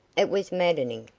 it was maddening.